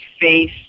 face